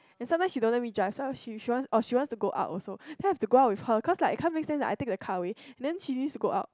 and sometimes she don't let me drive oh she wants to go out also I have to go with her cause like can't make sense I take the car away and then she needs to go out